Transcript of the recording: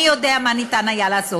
מי יודע מה ניתן לעשות.